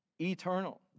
Eternal